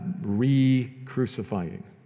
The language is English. re-crucifying